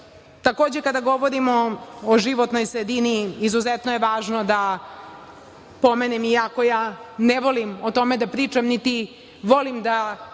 kada govorimo o životnoj sredini, izuzetno je važno da pomenem, iako ja ne volim o tome da pričam, niti volim da